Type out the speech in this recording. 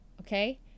Okay